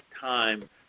time